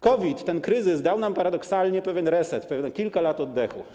COVID, ten kryzys, dał nam paradoksalnie pewien reset, kilka lat oddechu.